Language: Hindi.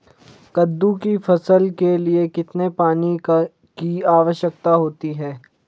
कद्दू की फसल के लिए कितने पानी की आवश्यकता होती है?